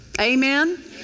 Amen